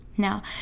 Now